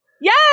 Yes